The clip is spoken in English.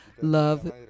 love